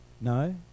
No